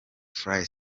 fly